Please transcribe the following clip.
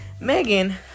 megan